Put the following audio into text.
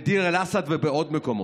בדיר אל-אסד ובעוד מקומות.